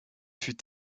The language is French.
fut